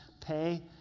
Pay